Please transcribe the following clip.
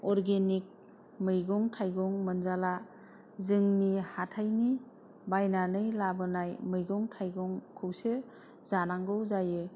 organic मैगं थाइगं मोनजाला जोंनि हाथाइनि बायनानै लाबोनाय मैगं थाइगंखौसो जानांगौ जायो